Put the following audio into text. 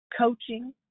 coaching